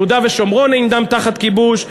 יהודה ושומרון אינם תחת כיבוש.